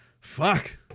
Fuck